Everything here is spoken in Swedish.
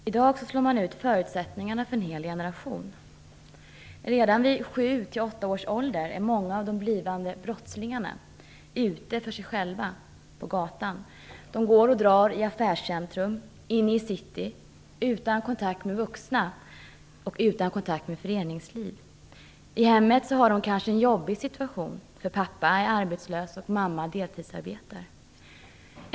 Fru talman! I dag slår man ut förutsättningarna för en hel generation. Redan vid sju till åtta års ålder är många av de blivande brottslingarna ute för sig själva på gatan. De går och drar i affärscentrum, inne i city utan kontakt med vuxna och utan kontakt med föreningsliv. I hemmet har de kanske en jobbig situation, för pappa är arbetslös och mamma deltidsarbetar.